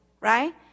right